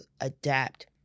adapt